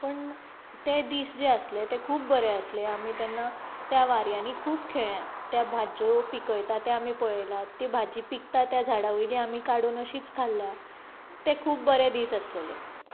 पूण ते दीस जे आसले ते खूब बरे आसले आमी तेन्ना त्या वारयांनी खूब खेळ्ळ्या ते भाज्जो पिकयता तें आमी पळयलां ती भाजी पिकता त्या झाडा वयली आमी काडून अशीच खाल्ल्या ते खूब बरे दीस आसलेले